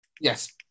Yes